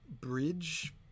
bridge